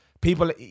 people